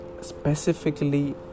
specifically